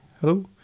hello